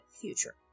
future